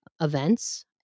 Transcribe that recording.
events